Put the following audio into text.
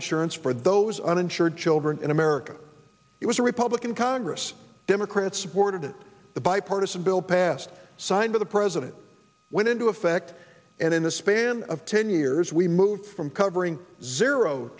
insurance for those uninsured children in america it was a republican congress democrats supported and the bipartisan bill passed signed by the president went into effect and in the span of ten years we moved from covering zero